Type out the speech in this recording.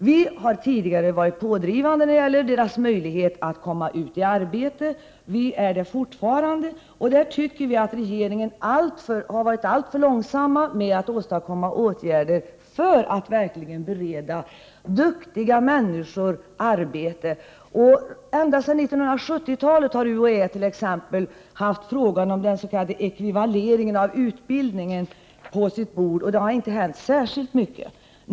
Tidigare har vi varit pådrivande när det gäller flyktingars möjlighet att få Prot. 1988/89:60 arbete. Det är vi fortfarande. Vi tycker att regeringen har varit alldeles för 2 februari 1989 långsam när det gäller att vidta åtgärder för att verkligen bereda duktiga VAllmänpölitisk debatt människor arbete. Ända sedan 1970-talet har UHÄ haft frågan om den s.k. ekvivaleringen av utbildning på sitt bord. Det har dock inte hänt särskilt mycket.